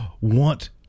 want